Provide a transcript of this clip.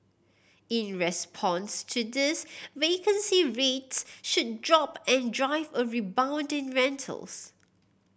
in response to this vacancy rates should drop and drive a rebound in rentals